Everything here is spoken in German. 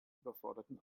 überforderten